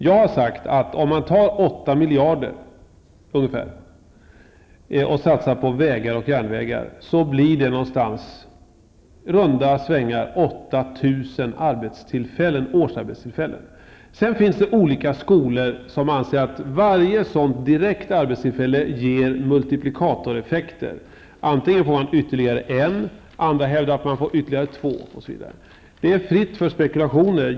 Jag har sagt att om man satsar ungefär 8 miljarder på vägar och järnvägar, skapar det i ''runda svängar'' 8 000 årsarbetstillfällen. Det finns olika skolor som anser att varje sådant direkt arbetstillfälle ger multiplikatoreffekter. Vissa hävdar att det blir ytterligare ett arbetstillfälle, andra hävdar att det blir ytterligare två, osv. Det är fritt att spekulera.